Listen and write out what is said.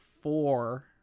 four